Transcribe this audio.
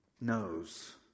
knows